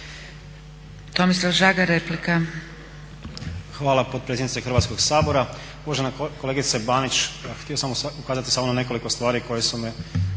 Tomislav (SDP)** Hvala potpredsjednice Hrvatskoga sabora. Uvažena kolegice Banić, htio sam ukazati samo na nekoliko stvari koje su me